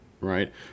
right